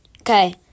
Okay